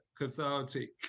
cathartic